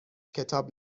کتاب